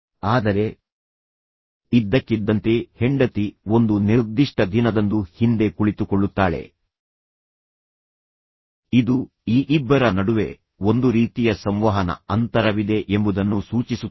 ಆದರೆ ಇದ್ದಕ್ಕಿದ್ದಂತೆ ಹೆಂಡತಿ ಒಂದು ನಿರ್ದಿಷ್ಟ ದಿನದಂದು ಹಿಂದೆ ಕುಳಿತುಕೊಳ್ಳುತ್ತಾಳೆ ಇದು ಈ ಇಬ್ಬರ ನಡುವೆ ಒಂದು ರೀತಿಯ ಸಂವಹನ ಅಂತರವಿದೆ ಎಂಬುದನ್ನು ಸೂಚಿಸುತ್ತದೆ